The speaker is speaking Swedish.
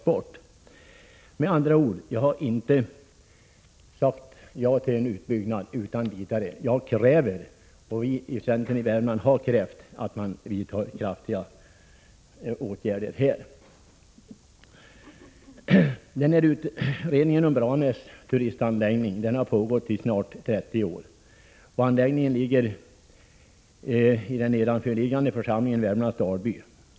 Jag har med andra ord inte utan vidare sagt ja till en utbyggnad, men jag liksom centern i Värmland kräver att kraftiga åtgärder vidtas. Utredningen om Branäs turistanläggning har pågått i snart 30 år. Anläggningen är belägen i den nedanför liggande församlingen Värmlands Dalby.